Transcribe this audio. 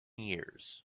years